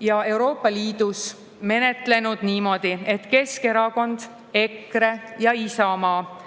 ja Euroopa Liidus menetlenud niimoodi, et Keskerakond, EKRE ja Isamaa